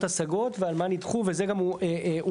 השגות ועל מה נדחו ועל זה אנחנו שאלנו,